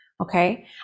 okay